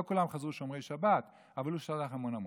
לא כולם חזרו שומרי שבת, אבל הוא שלח המון המון.